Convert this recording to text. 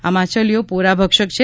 આ માછલીઓ પોરા ભક્ષક છે